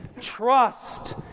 Trust